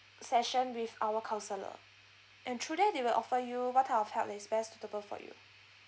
session with our counsellor and through there they will offer you what type of help that is best suitable for you